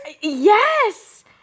Yes